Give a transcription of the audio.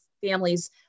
families